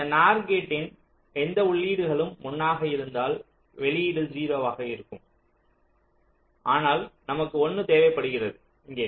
இந்த NOR கேட்டின் எந்த உள்ளீடுகளும் 1 ஆக இருந்தால் வெளியீடு 0 ஐ உருவாக்கும் ஆனால் நமக்கு 1 தேவைப்படுகிறது இங்கே